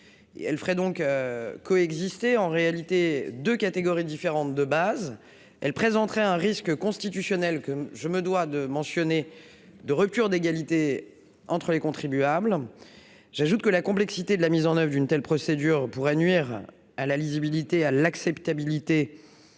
elle ferait donc coexistent et en réalité de catégories différentes de base, elle présenterait un risque constitutionnel que je me dois de mentionner de rupture d'égalité entre les contribuables, j'ajoute que la complexité de la mise en oeuvre d'une telle procédure pourrait nuire à la lisibilité à l'acceptabilité